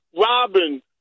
Robin